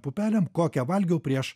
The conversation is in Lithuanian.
pupelėm kokią valgiau prieš